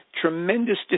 tremendous